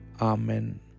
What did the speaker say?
Amen